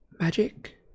Magic